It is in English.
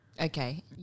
Okay